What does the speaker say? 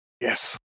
yes